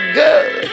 good